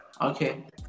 Okay